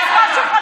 של איש.